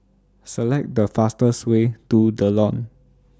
Select The fastest Way to The Lawn